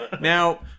Now